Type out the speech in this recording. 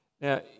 Now